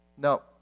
No